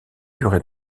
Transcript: duré